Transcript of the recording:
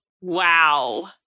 Wow